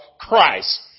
Christ